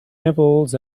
nibbles